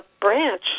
branch